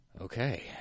Okay